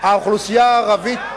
האוכלוסייה הערבית,